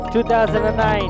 2009